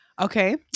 okay